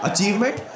Achievement